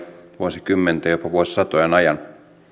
vuosikymmenten jopa vuosisatojen ajan